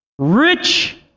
Rich